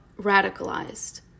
radicalized